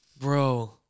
Bro